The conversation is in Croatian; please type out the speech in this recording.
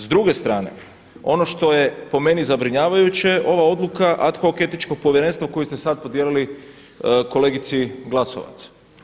S druge strane, ono što je po meni zabrinjavajuće, ova odluka ad hoc Etičko povjerenstvo koju ste sad podijelili kolegici Glasovac.